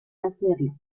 hacerlo